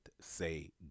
say